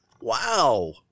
Wow